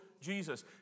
Jesus